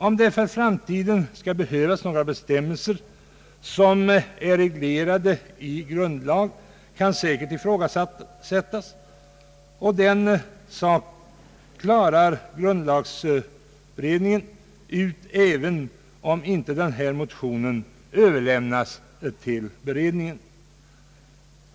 Om det för framtiden skall behövas några bestämmelser här som är reglerade i grundlag kan säkert ifrågasättas. Den saken klarar grundlagberedningen ut även om denna motion inte överlämnas till beredningen.